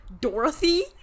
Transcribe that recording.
Dorothy